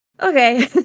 Okay